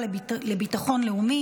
לרבות גופה,